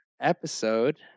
episode